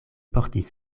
portis